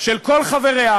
של כל חבריה,